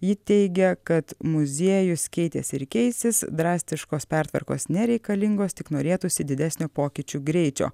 ji teigia kad muziejus keitėsi ir keisis drastiškos pertvarkos nereikalingos tik norėtųsi didesnio pokyčių greičio